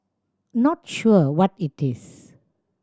not sure what it is